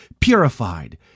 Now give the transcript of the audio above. purified